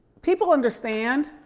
people understand.